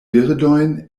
birdojn